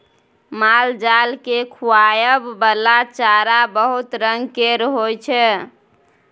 मालजाल केँ खुआबइ बला चारा बहुत रंग केर होइ छै